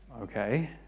okay